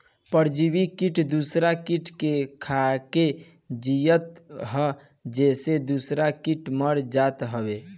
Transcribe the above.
परजीवी किट दूसर किट के खाके जियत हअ जेसे दूसरा किट मर जात हवे